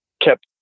kept